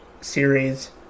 series